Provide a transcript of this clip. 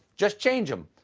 just change them.